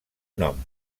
nom